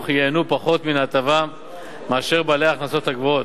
ייהנו פחות מן ההטבה מאשר בעלי ההכנסות הגבוהות.